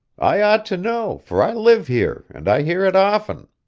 i ought to know, for i live here, and i hear it often.